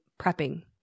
prepping